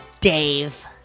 Dave